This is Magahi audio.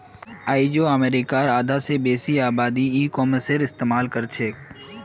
आइझो अमरीकार आधा स बेसी आबादी ई कॉमर्सेर इस्तेमाल करछेक